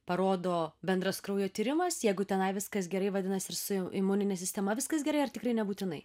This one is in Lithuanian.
parodo bendras kraujo tyrimas jeigu tenai viskas gerai vadinasi ir su imunine sistema viskas gerai ar tikrai nebūtinai